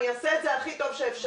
אני אעשה את זה הכי טוב שאפשר.